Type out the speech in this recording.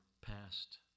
past